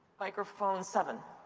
microphone seven.